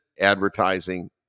advertising